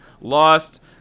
lost